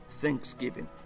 thanksgiving